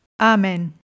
Amen